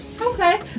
okay